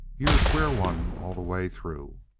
you're a queer one all the way through.